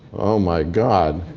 oh my god.